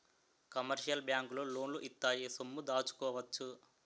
commercial బ్యాంకులు లోన్లు ఇత్తాయి సొమ్ము దాచుకోవచ్చు